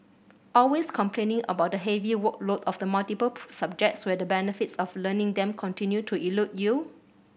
always complaining about the heavy workload of the multiple subjects where the benefits of learning them continue to elude you